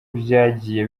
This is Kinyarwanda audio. byagiye